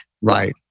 right